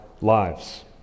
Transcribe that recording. lives